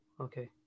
Okay